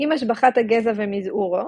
עם השבחת הגזע ומזעורו,